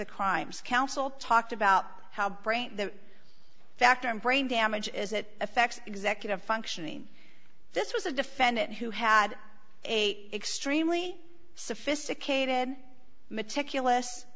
the crimes counsel talked about how brain the factor in brain damage as it affects executive functioning this was a defendant who had a extremely sophisticated meticulous